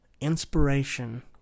inspiration